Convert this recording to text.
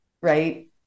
Right